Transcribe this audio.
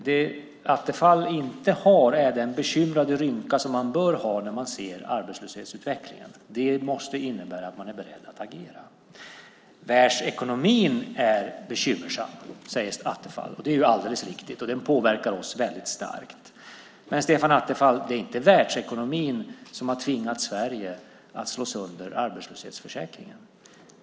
Det som Attefall inte har är den bekymrade rynka som man bör ha när man ser arbetslöshetsutvecklingen. Det måste innebära att man är beredd att agera. Världsekonomin är bekymmersam, säger Attefall. Det är alldeles riktigt, och den påverkar oss väldigt starkt. Men, Stefan Attefall, det är inte världsekonomin som har tvingat Sverige att slå sönder arbetslöshetsförsäkringen.